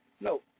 No